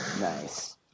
Nice